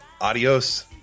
Adios